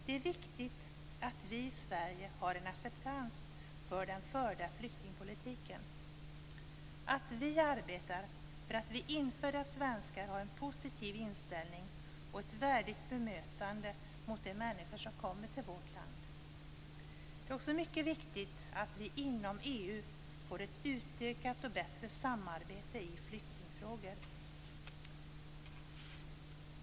Det är viktigt att vi i Sverige har en acceptans för den förda flyktingpolitiken, att vi arbetar för att vi infödda svenskar har en positiv inställning till och ett värdigt bemötande av de människor som kommer till vårt land. Det är också mycket viktigt att vi inom EU får ett utökat och bättre samarbete i flyktingfrågor.